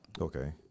Okay